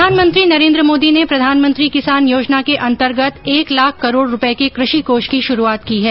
प्रधानमंत्री नरेन्द्र मोदी ने प्रधानमंत्री किसान योजना के अंतर्गत एक लाख करोड रुपये के कृषि कोष की श्रूआत की है